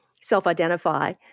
self-identify